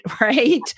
right